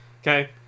okay